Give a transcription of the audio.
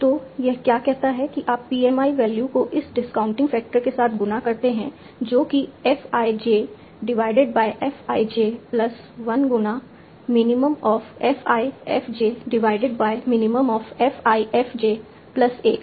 तो यह क्या कहता है कि आप PMI वैल्यू को इस डिस्काउंटिंग फैक्टर के साथ गुणा करते हैं जो कि f i j divided by f i j plus one गुना minimum of f i f j divided by minimum of f i f j plus 1 है